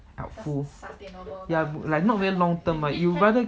helpful ya like not very long term you